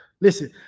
Listen